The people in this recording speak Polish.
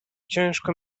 ciężko